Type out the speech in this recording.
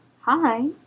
Hi